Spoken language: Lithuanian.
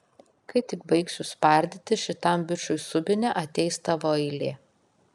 kai tik baigsiu spardyti šitam bičui subinę ateis tavo eilė